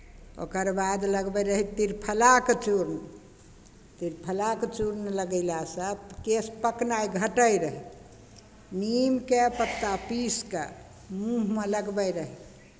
ओकर बाद लगबैत रहय त्रिफलाके चूर्ण त्रिफलाके चूर्ण लगयलासँ केश पकनाइ घटैत रहय नीमके पत्ता पीस कऽ मूँहमे लगबैत रहय